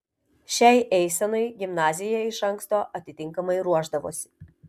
šiai eisenai gimnazija iš anksto atitinkamai ruošdavosi